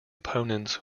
opponents